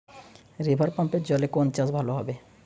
রিভারপাম্পের জলে কোন চাষ ভালো হবে?